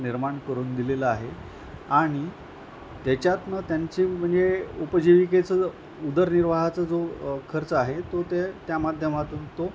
निर्माण करून दिलेला आहे आणि त्याच्यातून त्यांची म्हणजे उपजीविकेचं उदरनिर्वाहाचा जो खर्च आहे तो ते त्या माध्यमातून तो